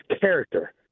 character